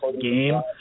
game